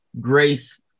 grace